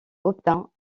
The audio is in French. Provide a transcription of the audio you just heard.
obtint